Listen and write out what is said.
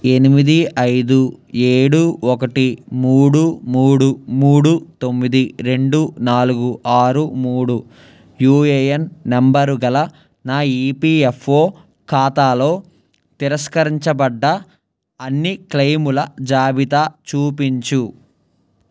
ఎనిమిది ఐదు ఏడు ఒకటి మూడు మూడు మూడు తొమ్మిది రెండు నాలుగు ఆరు మూడు యుఏఎన్ నంబరుగల నా ఈపీఎఫ్ఓ ఖాతాలో తిరస్కరించబడ్డ అన్ని క్లెయిముల జాబితా చూపించు